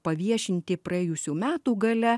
paviešinti praėjusių metų gale